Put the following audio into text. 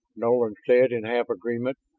nolan said in half agreement.